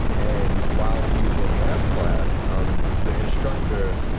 and while he's in math class, um the instructor